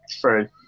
True